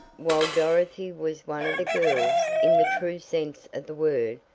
while dorothy was one of the girls, in the true sense of the word,